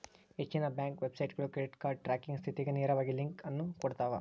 ಹೆಚ್ಚಿನ ಬ್ಯಾಂಕ್ ವೆಬ್ಸೈಟ್ಗಳು credit card tracking ಸ್ಥಿತಿಗ ನೇರವಾಗಿ ಲಿಂಕ್ ಅನ್ನು ಕೊಡ್ತಾವ